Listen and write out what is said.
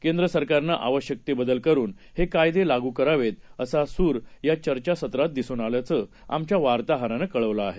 केंद्रसरकारनंआवश्यकतेबदलकरूनहेकायदेलागूकरावेतअसासूरयाचर्चासत्रातदिसूनआल्याचंआमच्यावार्ताहरानंकळवलंआहे